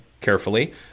carefully